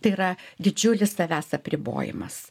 tai yra didžiulis savęs apribojimas